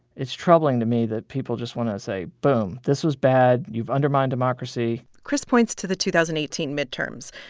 it's troubling to me that people just want to say, boom, this was bad. you've undermined democracy chris points to the two thousand and eighteen midterms.